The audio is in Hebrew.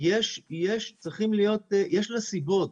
יש לה סיבות.